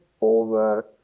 over